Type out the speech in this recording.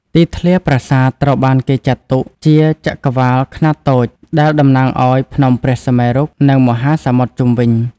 ទីធ្លាប្រាសាទត្រូវបានគេចាត់ទុកជា ចក្រវាឡខ្នាតតូច ដែលតំណាងឲ្យភ្នំព្រះសុមេរុ និងមហាសមុទ្រជុំវិញ។